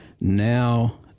now